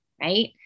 right